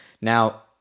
Now